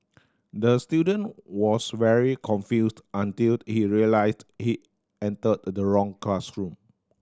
the student was very confused until he realised he entered the wrong classroom